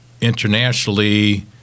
internationally